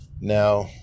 Now